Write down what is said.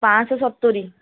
ପାଞ୍ଚଶହ ସତୁରି